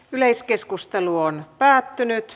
yleiskeskustelu päättyi